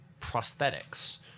prosthetics